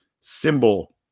Symbol